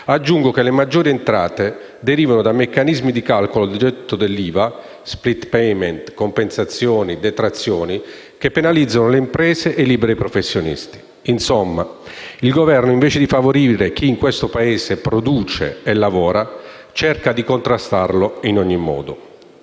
aggiungo che le maggiori entrate derivano da meccanismi di calcolo di gettito dell'IVA, *split payment*, compensazioni e detrazioni che penalizzano imprese e liberi professionisti. Insomma, il Governo invece di favorire chi in questo Paese produce e lavora, cerca di contrastarlo in ogni modo.